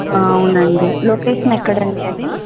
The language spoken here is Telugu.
అవునండి లొకేషన్ ఎక్కడండి అది